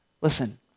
Listen